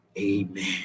Amen